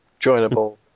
joinable